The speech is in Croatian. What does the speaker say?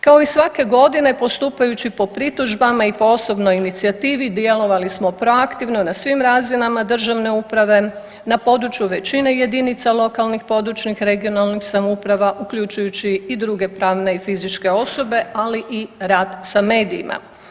Kao i svake godine postupajući po pritužbama i po osobnoj inicijativi djelovali smo proaktivno na svim razinama državne uprave, na području većine jedinica lokalnih, područnih i regionalnih samouprava uključujući i druge pravne i fizičke osobe, ali i rad sa medijima.